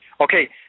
Okay